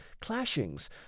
clashings